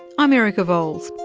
i'm erica vowles,